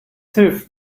hilft